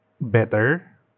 better